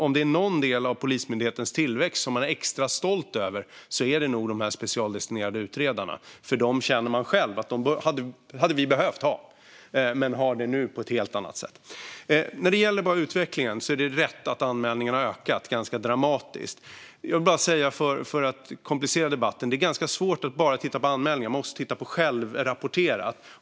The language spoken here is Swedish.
Om det är någon del av Polismyndighetens tillväxt som man är extra stolt över är det nog de här särskilda utredarna. De känner man själv att man hade behövt ha, men nu har man det på ett helt annat sätt. När det gäller utvecklingen är det rätt att antalet anmälningar har ökat ganska dramatiskt. För att komplicera debatten lite vill jag säga att det är ganska svårt att titta på bara antalet anmälningar. Man måste titta också på självrapporterat.